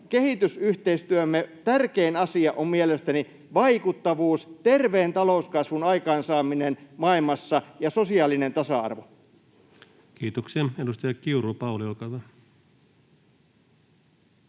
kehitysyhteistyömme tärkein asia on mielestäni vaikuttavuus, terveen talouskasvun aikaansaaminen maailmassa ja sosiaalinen tasa-arvo. [Speech 51] Speaker: Ensimmäinen